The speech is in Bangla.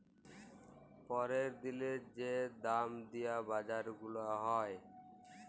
প্যরের দিলের যে দাম দিয়া বাজার গুলা হ্যয়